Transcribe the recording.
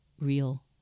real